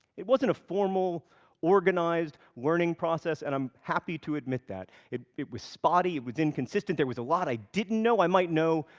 it wasn't a formal organized learning process, and i'm happy to admit that. it it was spotty, it was inconsistent, there was a lot i didn't know. i might know,